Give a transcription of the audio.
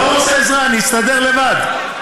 לא רוצה עזרה, אני אסתדר לבד.